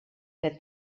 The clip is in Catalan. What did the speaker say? que